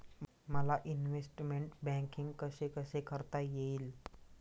मला investment banking कसे कसे करता येईल?